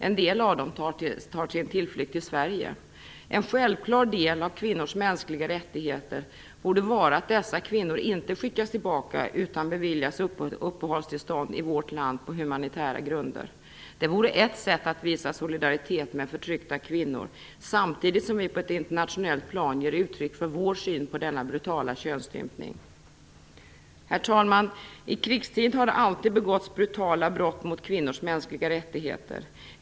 En del av dem tar sin tillflykt till Sverige. En självklar del av kvinnors mänskliga rättigheter borde vara att dessa kvinnor inte skickas tillbaka utan beviljas uppehållstillstånd i vårt land på humanitära grunder. Det vore ett sätt att visa solidaritet med förtryckta kvinnor, samtidigt som vi på ett internationellt plan ger uttryck för vår syn på denna brutala könsstympning. Herr talman! I krigstid har det alltid begåtts brutala brott mot kvinnors mänskliga rättigheter.